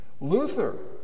Luther